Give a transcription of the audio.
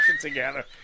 together